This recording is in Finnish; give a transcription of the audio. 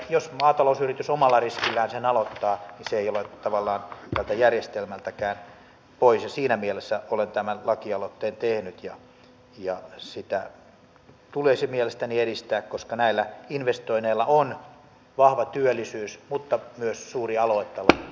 jos maatalousyritys omalla riskillään sen aloittaa niin se ei ole tavallaan tältä järjestelmältäkään pois ja siinä mielessä olen tämän lakialoitteen tehnyt ja sitä tulisi mielestäni edistää koska näillä investoinneilla on vahva työllisyys mutta myös suuri aluetaloudellinen merkitys